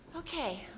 Okay